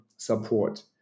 support